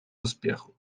успеху